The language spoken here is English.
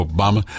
Obama